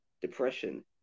depression-